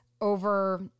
over